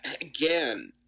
again